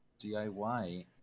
DIY